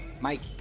Mikey